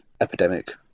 epidemic